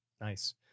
Nice